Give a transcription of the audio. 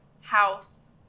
house